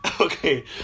Okay